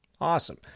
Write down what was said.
Awesome